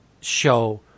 show